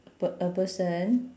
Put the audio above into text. a p~ a person